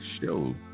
show